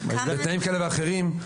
בתנאים כאלה ואחרים,